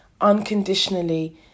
unconditionally